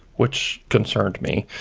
which concerned me,